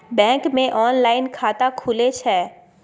Bank मे online खाता खुले छै?